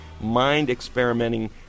mind-experimenting